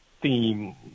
theme